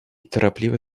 торопливо